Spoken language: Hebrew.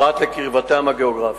פרט לקרבתם הגיאוגרפית.